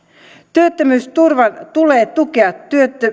työttömyysturvan tulee tukea